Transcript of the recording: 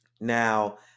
Now